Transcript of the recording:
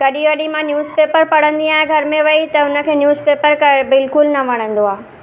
कॾहिं कॾहिं मां न्यूसपेपर पढ़ंदी आहियां घर में वेही त हुनखे न्यूसपेपर क बिल्कुलु न वणंदो आहे